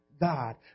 God